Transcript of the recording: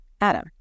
Adam